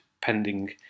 pending